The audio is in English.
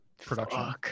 production